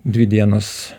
dvi dienos